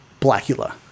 blackula